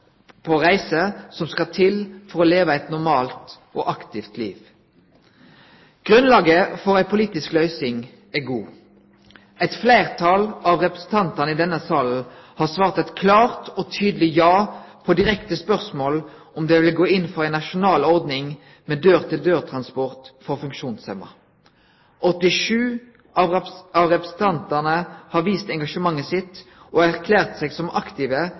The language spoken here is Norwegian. på reiser som skal til for å leve eit normalt og aktivt liv. Grunnlaget for ei politisk løysing er god. Eit fleirtal av representantane i denne salen har svart eit klart og tydeleg ja på direkte spørsmål om dei ville gå inn for ei nasjonal ordning med dør til dør-transport for funksjonshemma. 87 av representantane har vist engasjementet sitt og erklært seg som aktive